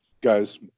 guys